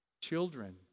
Children